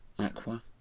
Aqua